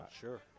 Sure